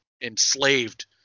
enslaved